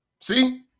See